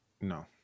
No